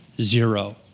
Zero